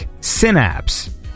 Synapse